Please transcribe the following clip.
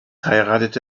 heiratete